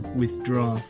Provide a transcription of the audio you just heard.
withdraw